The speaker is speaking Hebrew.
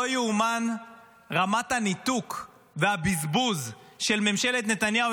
לא תיאמן רמת הניתוק והבזבוז של ממשלת נתניהו.